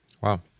Wow